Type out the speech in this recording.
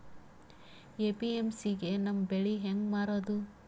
APMC ಗೆ ನಮ್ಮ ಬೆಳಿ ಹೆಂಗ ಮಾರೊದ?